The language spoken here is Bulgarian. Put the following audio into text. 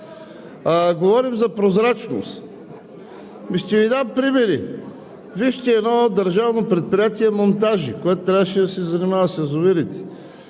Говорим за прозрачност. Ще Ви дам примери. Вижте едно държавно предприятие „Монтажи“, което трябваше да се занимава с язовирите.